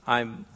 im